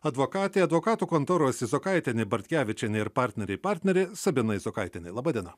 advokatė advokatų kontoros izokaitienė bartkevičienė ir partneriai partnerė sabina izokaitienė laba diena